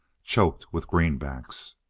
choked with greenbacks.